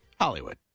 Hollywood